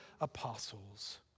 apostles